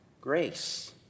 grace